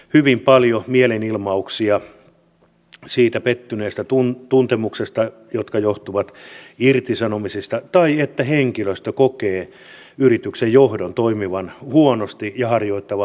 hyvin paljon on mielenilmauksia siitä pettyneestä tuntemuksesta joka johtuu irtisanomisista tai siitä että henkilöstö kokee yrityksen johdon toimivan huonosti ja harjoittavan huonoa henkilöstöpolitiikkaa